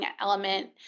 element